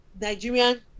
Nigerian